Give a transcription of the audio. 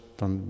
dan